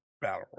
Battle